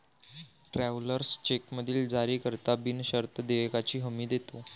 travellers चेकमधील जारीकर्ता बिनशर्त देयकाची हमी देतो